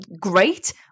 great